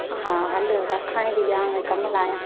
हा हल रखाइंति ॼाण वरी कम लाहियां